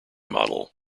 model